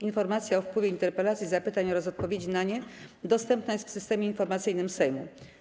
Informacja o wpływie interpelacji i zapytań oraz odpowiedzi na nie dostępna jest w Systemie Informacyjnym Sejmu.